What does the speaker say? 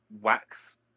wax